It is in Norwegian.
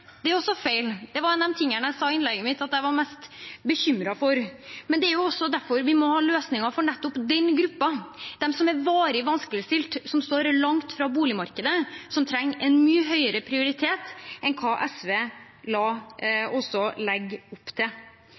Det er også feil – det var en av de tingene jeg sa i innlegget mitt at jeg var mest bekymret for. Men det er også derfor vi må ha løsninger for nettopp den gruppen: de som er varig vanskeligstilt, som står langt fra boligmarkedet, og som trenger en mye høyere prioritet enn hva SV har lagt og legger opp til.